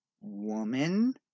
Woman